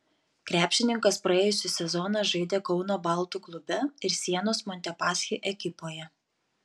krepšininkas praėjusį sezoną žaidė kauno baltų klube ir sienos montepaschi ekipoje